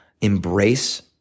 embrace